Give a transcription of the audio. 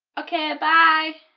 ok, bye!